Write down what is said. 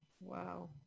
Wow